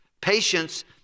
Patience